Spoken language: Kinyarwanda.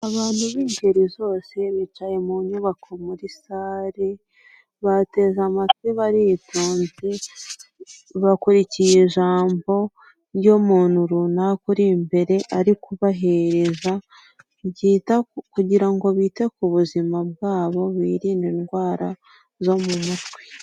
Abantu bingeri zose bicaye mu nyubako muri salle bateze amatwi baritonze, bakurikiye ijambo ry'umuntu runaka uri imbere arihereza kugira ngo bite ku buzima bwabo birinde indwara zo mu mutwe.